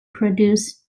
produce